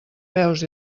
peus